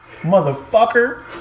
Motherfucker